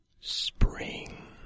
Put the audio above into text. Spring